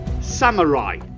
samurai